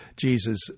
Jesus